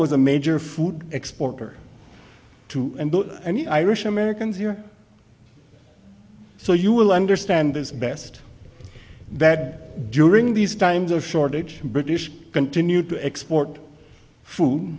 was a major food exporter to any irish americans here so you will understand this best that during these times of shortage british continue to export food